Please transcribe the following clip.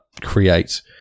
create